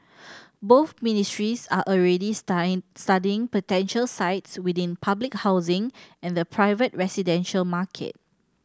both ministries are already studying potential sites within public housing and the private residential market